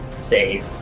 save